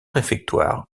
réfectoire